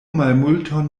malmulton